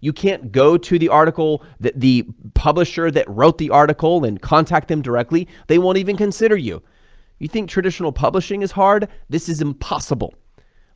you can't go to the article that the publisher that wrote the article and contact them directly, they won't even consider you you think traditional publishing hard? this is impossible